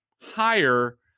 higher